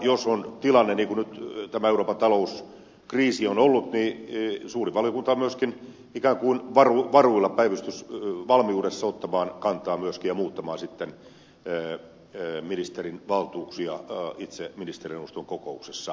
jos tilanne on niin kuin tämä euroopan talouskriisi on nyt ollut niin suuri valiokunta on myöskin ikään kuin varuillaan päivystysvalmiudessa ottamaan myöskin kantaa ja muuttamaan sitten ministerin valtuuksia itse ministerineuvoston kokouksessa